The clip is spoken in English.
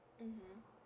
mm